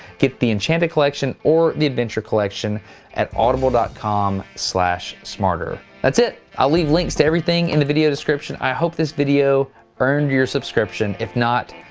get the enchanted collection or the adventure collection at audible dot com slash smarter that's it. i'll leave links to everything in the video description. i hope this video earned your subscription. if not,